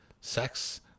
sex